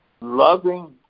loving